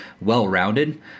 well-rounded